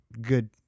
good